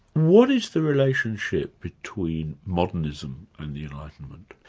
what is the relationship between modernism and the enlightenment?